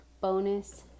bonus